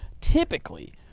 typically